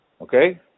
okay